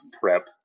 prep